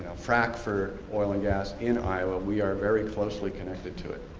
frack for oil and gas in iowa, we are very closely connected to it.